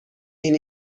این